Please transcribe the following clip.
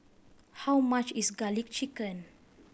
how much is Garlic Chicken